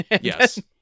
Yes